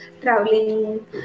traveling